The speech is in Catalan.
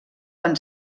van